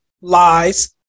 lies